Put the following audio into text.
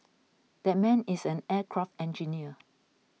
that man is an aircraft engineer